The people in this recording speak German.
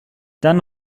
dann